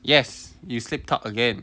yes you slipped up again